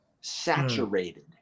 saturated